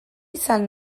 izan